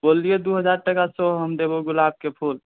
बोललिय दू हजार टाका सए हम देबौ गुलाबके फूल